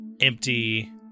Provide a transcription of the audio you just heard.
empty